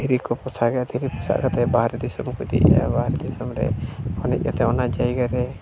ᱫᱷᱤᱨᱤ ᱠᱚ ᱯᱚᱥᱟᱜᱟ ᱫᱷᱤᱨᱤ ᱯᱚᱥᱟᱜ ᱠᱟᱛᱮᱫ ᱵᱟᱦᱨᱮ ᱫᱤᱥᱚᱢ ᱠᱚ ᱤᱫᱤᱭᱮᱜᱼᱟ ᱵᱟᱦᱨᱮ ᱫᱤᱥᱚᱢ ᱨᱮ ᱡᱟᱭᱜᱟ ᱨᱮ